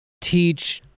teach